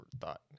thought